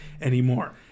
anymore